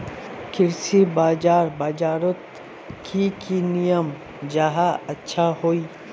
कृषि बाजार बजारोत की की नियम जाहा अच्छा हाई?